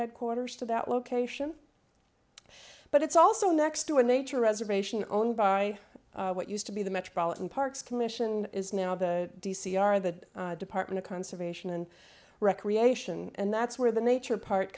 headquarters to that location but it's also next to a nature reservation owned by what used to be the metropolitan parks commission is now the d c are the department of conservation and recreation and that's where the nature part